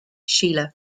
sheila